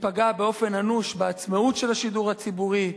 ופגע באופן אנוש בעצמאות של השידור הציבורי,